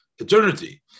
Eternity